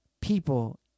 people